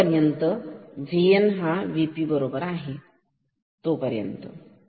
जोपर्यंत ते V N V P होत नाही तोपर्यंत